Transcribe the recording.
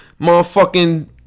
motherfucking